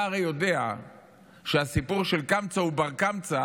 אתה הרי יודע שהסיפור של קמצא ובר-קמצא